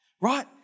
right